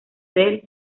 del